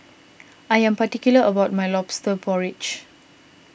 I am particular about my Lobster Porridge